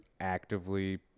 actively